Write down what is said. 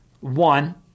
One